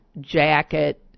jacket